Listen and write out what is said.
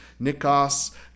Nikos